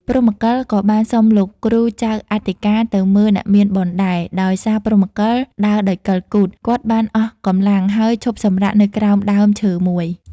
ព្រហ្មកិលក៏បានសុំលោកគ្រូចៅអធិការទៅមើលអ្នកមានបុណ្យដែរ ដោយសារព្រហ្មកិលដើរដោយកិលគូថ គាត់បានអស់កម្លាំងហើយឈប់សម្រាកនៅក្រោមដើមឈើមួយ ។